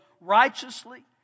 righteously